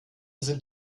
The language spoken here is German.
sind